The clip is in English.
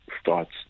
starts